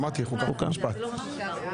אמרתי, החוקה, חוק ומשפט.